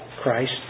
Christ